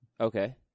Okay